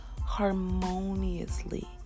harmoniously